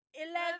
Eleven